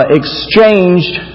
exchanged